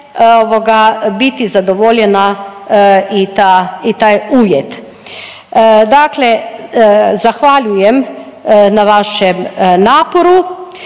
biti zadovoljena i ta, i taj uvjet. Dakle, zahvaljujem na vašem naporu,